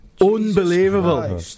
Unbelievable